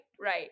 right